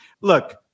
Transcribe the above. Look